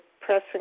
pressing